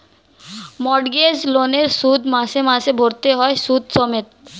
mortgage লোনের শোধ মাসে মাসে ভরতে হয় সুদ সমেত